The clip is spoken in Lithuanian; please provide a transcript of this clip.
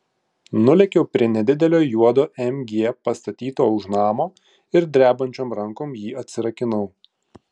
nulėkiau prie nedidelio juodo mg pastatyto už namo ir drebančiom rankom jį atsirakinau